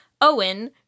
Owen